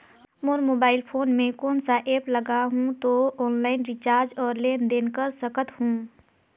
मोर mobile phone मे कोन सा एप्प लगा हूं तो ऑनलाइन रिचार्ज और लेन देन कर सकत हू?